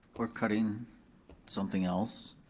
we're cutting something else,